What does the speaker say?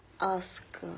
ask